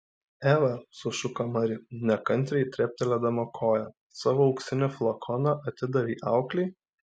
eva sušuko mari nekantriai treptelėdama koja savo auksinį flakoną atidavei auklei